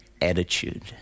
attitude